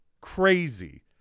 Crazy